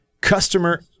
customer